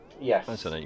Yes